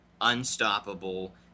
unstoppable